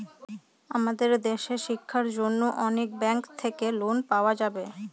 আমাদের দেশের শিক্ষার জন্য অনেক ব্যাঙ্ক থাকে লোন পাওয়া যাবে